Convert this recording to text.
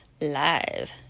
live